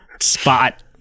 spot